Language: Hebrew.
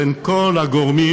בין כל הגורמים